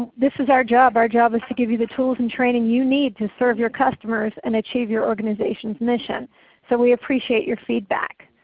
this is our job. our job is to give you the tools and training you need to serve your customers and achieve your organization's mission so we appreciate your feedback.